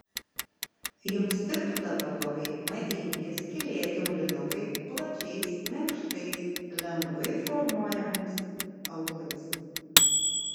jums tiktų dabar labai madingi skylėti aulinukai plačiais minkštais lengvai formuojamais aulais